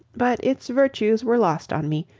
but its virtues were lost on me,